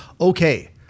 Okay